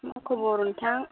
मा खबर नोंथां